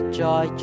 joy